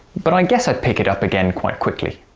but i guess i'd pick it up again quite quickly.